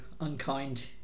unkind